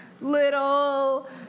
little